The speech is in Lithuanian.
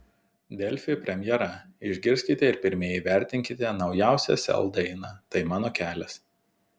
delfi premjera išgirskite ir pirmieji įvertinkite naujausią sel dainą tai mano kelias